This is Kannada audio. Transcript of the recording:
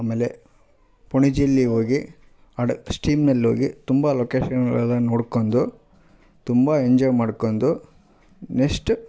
ಆಮೇಲೆ ಪಣಜಿಯಲ್ಲಿ ಹೋಗಿ ಹಡಗು ಸ್ಟೀಮ್ನಲ್ಲಿ ಹೋಗಿ ತುಂಬ ಲೊಕೇಶನ್ಗಳಲ್ಲ ನೊಡ್ಕೊಂಡು ತುಂಬ ಎಂಜಾಯ್ ಮಾಡ್ಕೊಂಡು ನೆಸ್ಟ್